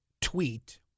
tweet